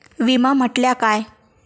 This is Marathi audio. विमा म्हटल्या काय?